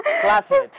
Classmate